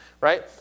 Right